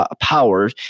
power